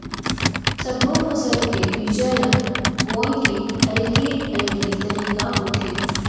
सब्बो फसल के बीजा ल बोए के अलगे अलगे तरीका होथे